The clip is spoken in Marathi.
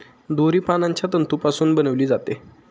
दोरी पानांच्या तंतूपासून बनविली जाते